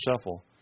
shuffle